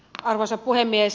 arvoisa puhemies